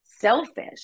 selfish